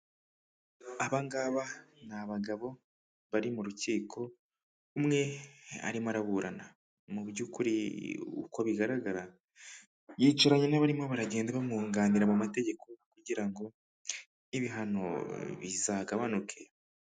Aba ngaba ni abagabo bari mu rukiko, umwe arimo araburana. Mu by'ukuri uko bigaragara yicaranye n'abarimo baragenda bamwunganira mu mategeko kugira ngo ibihano bizagabanuke.